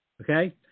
okay